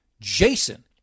Jason